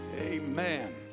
Amen